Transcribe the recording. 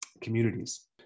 communities